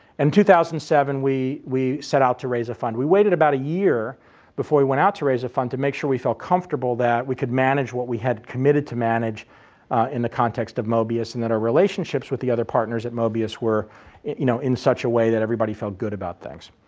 and seven, we we set out to raise a fund. we waited about a year before we went out to raise a fund to make sure we felt comfortable that we could manage what we had committed to manage in the context of mobius and that our relationships with the other partners at mobius were you know in such a way that everybody felt good about things.